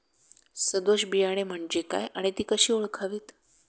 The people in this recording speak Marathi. सदोष बियाणे म्हणजे काय आणि ती कशी ओळखावीत?